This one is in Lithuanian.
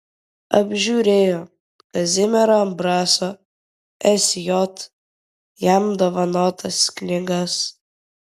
apžiūrėjo kazimiero ambraso sj jam dovanotas knygas